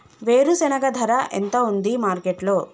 వేరుశెనగ ధర ఎంత ఉంది మార్కెట్ లో?